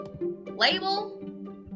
label